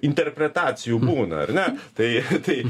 interpretacijų būna ar ne tai